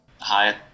Hi